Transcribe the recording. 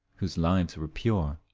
whose lives were pure,